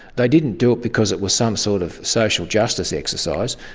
they didn't do it because it was some sort of social justice exercise.